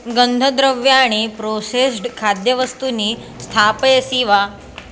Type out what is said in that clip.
गन्धद्रव्याणि processed खाद्यवस्तूनि स्थापयसि वा